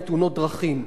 על תאונות דרכים,